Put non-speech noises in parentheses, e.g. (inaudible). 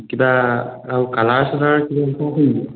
কিবা আৰু কালাৰ চালাৰ (unintelligible)